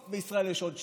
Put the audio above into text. טוב, בישראל יש עוד שניים,